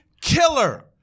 killer